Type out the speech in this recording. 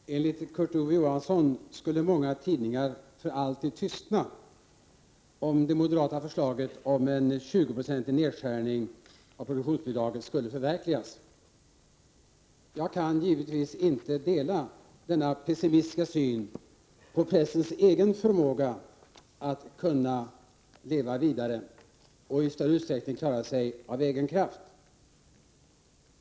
Herr talman! Enligt Kurt Ove Johansson skulle många tidningar för alltid tystna, om det moderata förslaget om en 20-procentig nedskärning av produktionsbidraget förverkligades. Jag kan givetvis inte dela Kurt Ove Johanssons pessimistiska uppfattning om pressens egen förmåga att leva vidare och pressens förmåga att i större utsträckning än som nu är fallet klara sig av egen kraft.